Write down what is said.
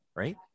right